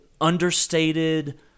understated